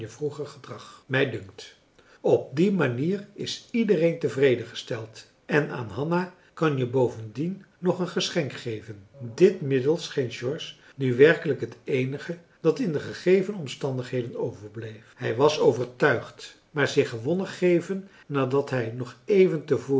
vroeger gedrag mij dunkt op die manier is iedereen tevreden gesteld en aan hanna kan je bovendien nog een geschenk geven dit middel scheen george nu werkelijk het eenige dat in de gegeven omstandigheden overbleef hij was overtuigd maar zich gewonnen geven nadat hij nog even te voren